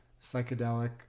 psychedelic